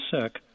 sick